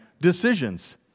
decisions